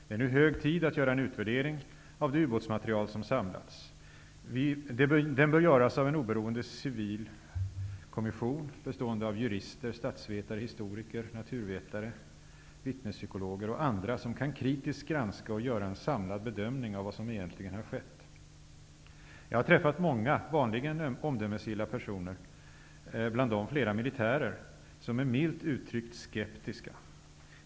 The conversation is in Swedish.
Det är nu hög tid att göra en utvärdering av det ubåtsmaterial som samlats. Den bör göras av en oberoende civil kommission bestående av jurister, statsvetare, historiker, naturvetare, vittnespsykologer och andra som kritiskt kan granska och göra en samlad bedömning av vad som egentligen har skett. Jag har träffat många vanligen omdömesgilla personer, bland dem flera militärer, som är milt uttryckt skeptiska.